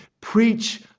Preach